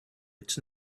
its